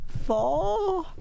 four